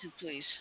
please